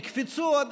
יקפצו עוד